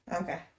Okay